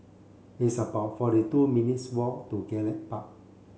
it's about forty two minutes' walk to Gallop Park